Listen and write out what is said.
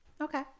Okay